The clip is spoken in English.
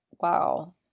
wow